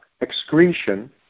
excretion